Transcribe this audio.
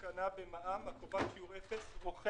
תקנות מע"מ מסדירות מכירה של דלק בשיעור אפס לארגונים